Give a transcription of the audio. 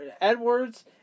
Edwards